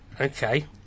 Okay